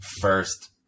first